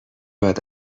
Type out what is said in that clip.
باید